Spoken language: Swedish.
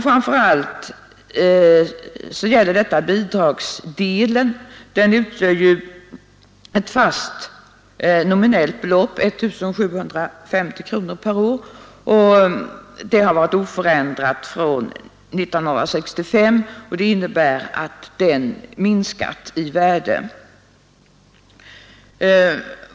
Framför allt gäller detta bidragsdelen. Den utgör ju ett fast nominellt belopp, 1750 kronor, och det har varit oförändrat från 1965, vilket innebär att bidraget minskat i värde.